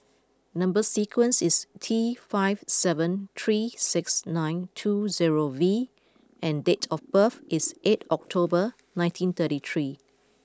number sequence is T five seven three six nine two zero V and date of birth is eight October nineteen thirty three